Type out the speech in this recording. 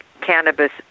cannabis